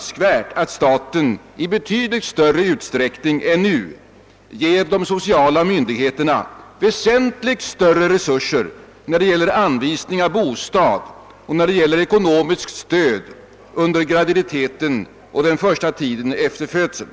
Staten bör ge de sociala myndigheterna väsentligt större resurser än nu att anvisa "bostäder och lämna ekonomiskt stöd under graviditeten och den första tiden efter nedkomsten.